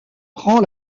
prend